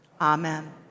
Amen